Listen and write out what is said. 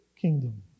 kingdom